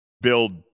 build